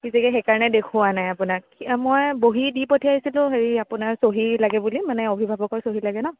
সি ছাগে সেইকাৰণে দেখুওৱা নাই আপোনাক মই বহী দি পঠিয়াইছিলোঁ হেৰি আপোনাৰ চহী লাগে বুলি মানে অভিভাৱকৰ চহী লাগে ন